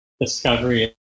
discovery